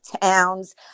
towns